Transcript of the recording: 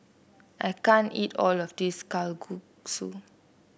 I can't eat all of this Kalguksu